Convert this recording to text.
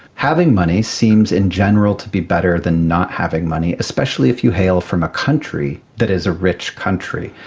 having money seems in general to be better than not having money, especially if you hail from a country that is a rich country,